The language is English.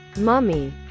Mummy